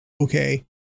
okay